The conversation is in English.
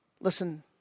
Listen